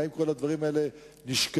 והאם כל הדברים האלה נשקלים,